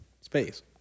Space